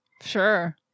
Sure